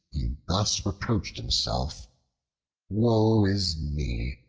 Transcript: thus reproached himself woe is me!